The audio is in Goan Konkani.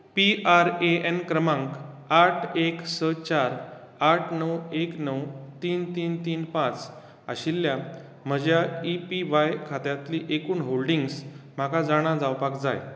पी आर ए एन क्रमांक आठ एक स चार आठ णव एक णव तीन तीन तीन पांच आशिल्ल्या म्हज्या ई पी व्हाय खात्यांतली एकुण होल्डिंग्स म्हाका जाणा जावपाक जाय